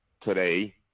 today